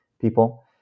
people